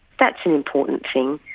that's an important thing